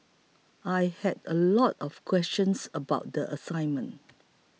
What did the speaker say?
I had a lot of questions about the assignment